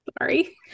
Sorry